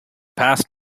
passed